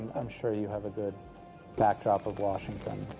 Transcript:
i'm sure you have a good backdrop of washington.